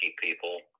people